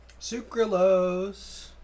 Sucralose